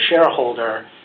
shareholder